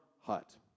hut